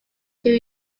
two